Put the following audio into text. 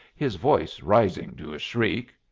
his voice rising to a shriek.